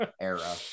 era